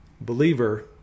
believer